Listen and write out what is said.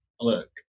Look